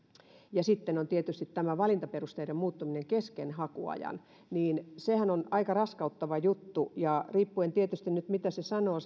ja sittenhän tietysti tämä valintaperusteiden muuttuminen kesken hakuajan on aika raskauttava juttu riippuen tietysti siitä mitä oikeusasiamies sanoo